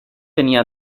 tenía